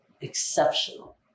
exceptional